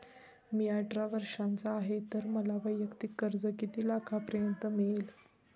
मी अठरा वर्षांचा आहे तर मला वैयक्तिक कर्ज किती लाखांपर्यंत मिळेल?